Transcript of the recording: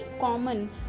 common